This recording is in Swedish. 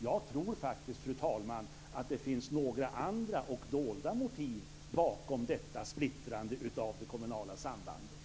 Jag tror faktiskt, fru talman, att det finns några andra, dolda, motiv bakom detta splittrande av det kommunala sambandet.